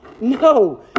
No